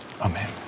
Amen